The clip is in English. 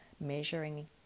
measuring